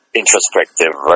introspective